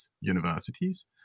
universities